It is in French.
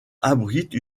abrite